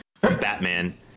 Batman